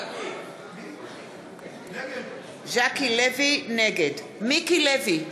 נגד מיקי לוי,